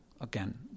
again